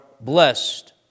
blessed